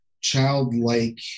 childlike